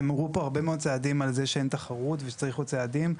נאמרו פה הרבה מאוד צעדים על זה שאין תחרות וצריך עוד צעדים.